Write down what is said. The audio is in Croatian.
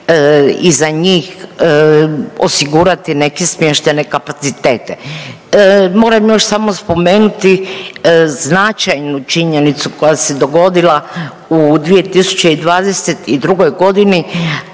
i za njih osigurati neke smještajne kapacitete. Moram još samo spomenuti značajnu činjenicu koja se dogodila u 2022.g.,